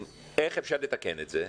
איך אפשר לתקן את זה?